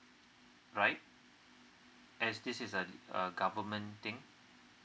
right as this is a a government thing